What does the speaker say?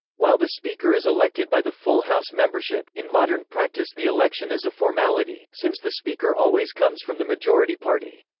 while the speaker is elected by the full house membership, in modern practice the election is a formality, since the speaker always comes from the majority party.